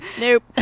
nope